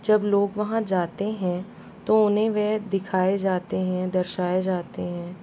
जब लोग वहाँ जाते हैं तो उन्हें वह दिखाए जाते हैं दर्शाए जाते हैं